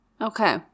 Okay